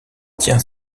tient